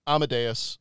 Amadeus